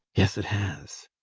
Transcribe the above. yes, it has.